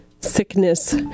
sickness